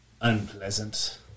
unpleasant